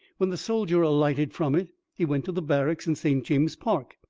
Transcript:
when the soldier alighted from it, he went to the barracks in st. james's park,